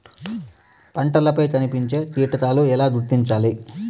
పంటలపై కనిపించే కీటకాలు ఎలా గుర్తించాలి?